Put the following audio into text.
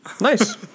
Nice